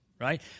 Right